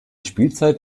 spielzeit